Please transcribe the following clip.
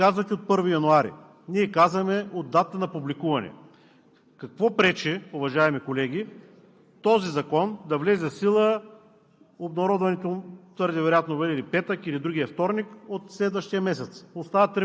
Това е добре, ние ги приемаме, но въпросът е кога? Вие казвате: от 1 януари, а ние казваме: от датата на публикуване. Какво пречи този закон да влезе в сила?